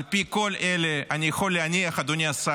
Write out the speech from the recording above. על פי כל אלה, אני יכול להניח, אדוני השר,